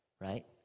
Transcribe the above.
right